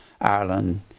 Ireland